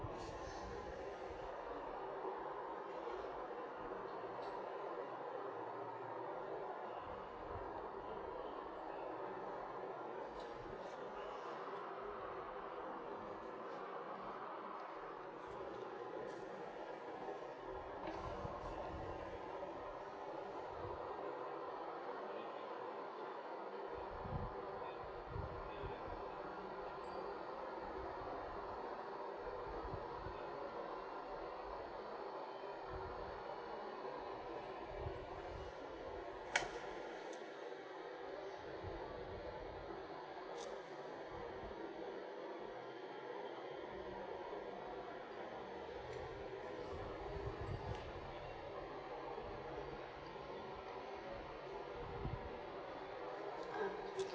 um